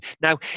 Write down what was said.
now